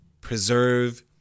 preserve